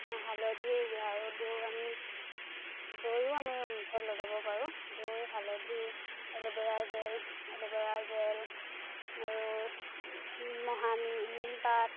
হালধি আৰু দৈ আমি দৈও আমি মুখত লগাব পাৰোঁ দৈ হালধি এল'ভেৰা জেল এল'ভেৰা জেল আৰু মহানি নিমপাত